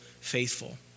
faithful